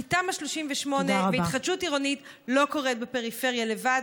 כי תמ"א 38 והתחדשות עירונית לא קורית בפריפריה לבד,